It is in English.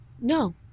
No